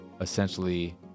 Essentially